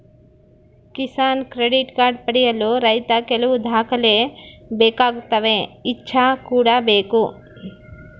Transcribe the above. Kisan credit card ಪಡೆಯಲು ರೈತ ಕೆಲವು ದಾಖಲೆ ಬೇಕಾಗುತ್ತವೆ ಇಚ್ಚಾ ಕೂಡ ಬೇಕು